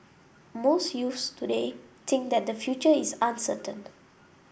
most youths today think that their future is uncertain